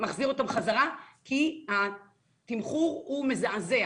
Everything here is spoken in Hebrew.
מחזיר אותם חזרה כי התמחור הוא מזעזע